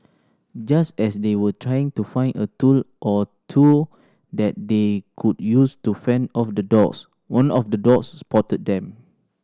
just as they were trying to find a tool or two that they could use to fend off the dogs one of the dogs spotted them